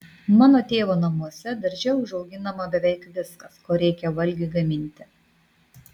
mano tėvo namuose darže užauginama beveik viskas ko reikia valgiui gaminti